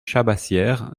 chabassière